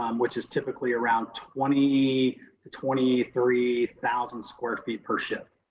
um which is typically around twenty to twenty three thousand square feet per shift.